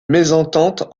mésentente